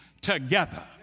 together